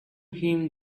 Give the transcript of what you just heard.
him